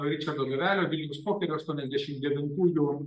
ričardo gavelio vilniaus pokerio aštuoniasdešimt devintųjų